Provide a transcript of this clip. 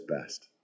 best